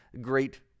great